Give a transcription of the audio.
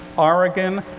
oregon.